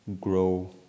grow